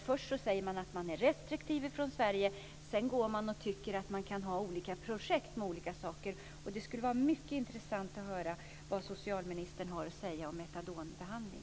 Först säger man att man är restriktiv från Sveriges sida, och sedan tycker att man kan ha olika typer av sådana här projekt. Det skulle vara mycket intressant att höra vad socialministern har att säga om metadonbehandling.